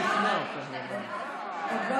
עוד לא שכנע אותה, נראה לי.